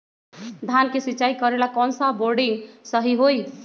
धान के सिचाई करे ला कौन सा बोर्डिंग सही होई?